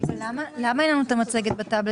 אם אני מסתכל בראייה